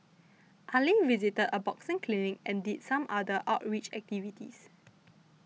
Ali visited a boxing clinic and did some other outreach activities